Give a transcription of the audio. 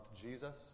Jesus